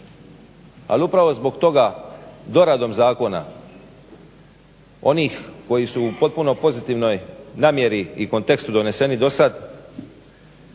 ali upravo zbog toga doradom zakona onih koji su u potpuno pozitivnoj namjeri i kontekstu doneseni dosad